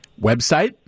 Website